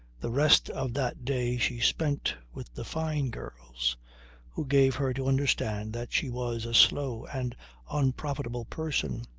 the rest of that day she spent with the fyne girls who gave her to understand that she was a slow and unprofitable person.